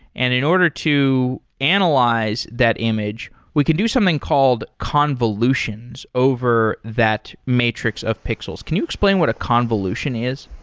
and in order to analyze that image, we can do something called convolutions over that matrix of pixels. can you explain what a convolution is?